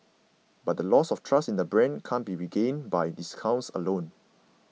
but the loss of trust in the brand can't be regained by discounts alone